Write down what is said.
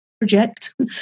project